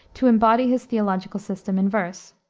to embody his theological system in verse.